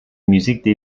musiques